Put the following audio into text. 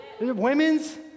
Women's